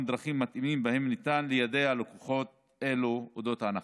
דרכים מתאימות שבהן ניתן ליידע לקוחות אלו על אודות ההנחה.